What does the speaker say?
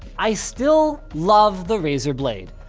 i still love the razer blade,